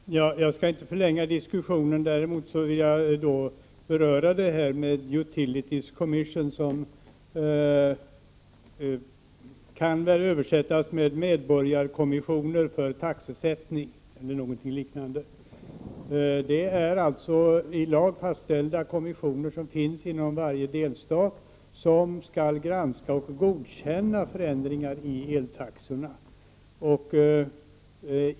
Fru talman! Jag skall inte förlänga diskussionen. Däremot vill jag beröra Utilities Commissions, som kan översättas med medborgarkommissioner för taxesättning eller något liknande. Det är alltså i lag fastställda kommissioner som finns inom varje delstat, vilka skall granska och godkänna förändringar i eltaxorna.